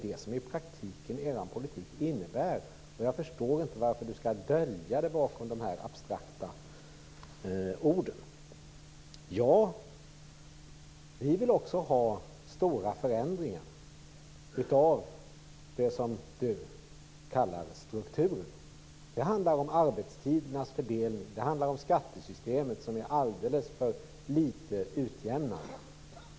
Det är det som er politik innebär i praktiken. Jag förstår inte varför Mats Odell skall dölja det bakom de här abstrakta orden. Vi vill också ha stora förändringar av det som Mats Odell kallar struktur. Det handlar om arbetstidernas fördelning. Det handlar om skattesystemet som är alldeles för litet utjämnat.